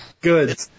Good